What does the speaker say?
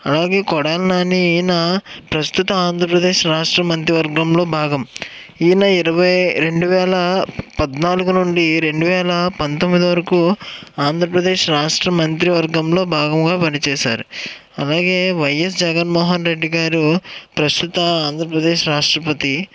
అలాగే కొడాలి నాని నా ప్రస్తుత ఆంధ్రప్రదేశ్ రాష్ట్ర మంత్రివర్గంలో భాగం ఈయన ఇరవై రెండు వేల పద్నాలుగు నుండి రెండు వేల పంతొమ్మిది వరకు ఆంధ్రప్రదేశ్ రాష్ట్ర మంత్రివర్గంలో భాగంగా పనిచేశారు అలాగే వైఎస్ జగన్మోహన్ రెడ్డి గారు ప్రస్తుత ఆంధ్రప్రదేశ్ రాష్ట్రపతి